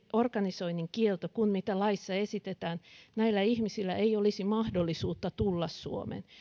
organisoinnin kielto kuin laissa esitetään näillä ihmisillä ei olisi mahdollisuutta tulla suomeen